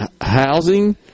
housing